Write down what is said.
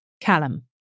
Callum